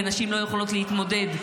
ונשים לא יכולות להתמודד.